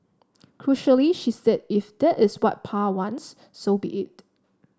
crucially she said if that is what Pa wants so be it